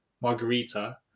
margarita